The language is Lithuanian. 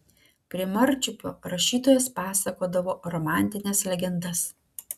prie marčiupio rašytojas pasakodavo romantines legendas